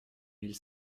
mille